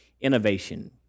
innovation